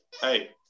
hey